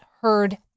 heard